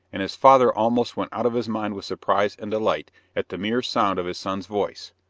and his father almost went out of his mind with surprise and delight at the mere sound of his son's voice.